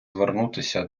звернутися